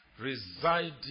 residing